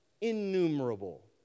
innumerable